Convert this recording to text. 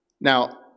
Now